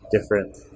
different